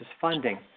funding